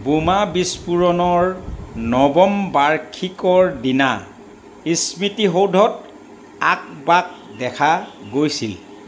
বোমা বিস্ফোৰণৰ নৱম বাৰ্ষিকীৰ দিনা স্মৃতিসৌধত আঁক বাঁক দেখা গৈছিল